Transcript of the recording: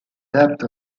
depth